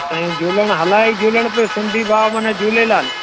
साईं झूलणु हलाए ई झूलणु पियो सिंधी भाउ माना झूलेलाल